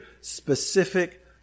specific